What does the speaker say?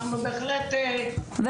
אנחנו בהחלט נברר ונעביר את זה --- ור"ה,